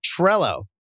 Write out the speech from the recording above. Trello